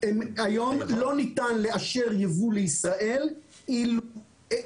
היום לא ניתן לאשר ייבוא לישראל אלא